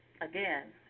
Again